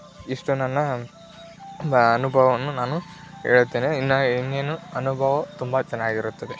ಇಷ್ಟು ನನ್ನ ಅನುಭವವನ್ನು ನಾನು ಹೇಳ್ತೀನಿ ಇನ್ನು ಇನ್ನೇನು ಅನುಭವ ತುಂಬ ಚೆನ್ನಾಗಿರುತ್ತದೆ